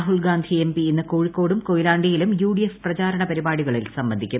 Rahul Gandhi MP ഇന്ന് കോഴിക്കോടും കൊയിലാണ്ടിയിലും യുഡിഎഫ് പ്രചാരണ പരിപാടികളിൽ സംബന്ധിക്കും